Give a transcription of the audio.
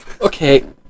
Okay